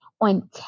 on